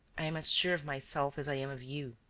i am as sure of myself as i am of you.